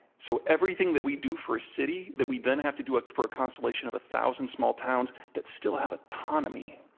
so everything that we do for a city that we then have to do it for a constellation of a thousand small towns that still have autonomy,